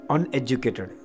Uneducated